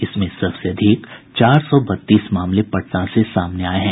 इसमें सबसे अधिक चार सौ बत्तीस मामले पटना से सामने आये हैं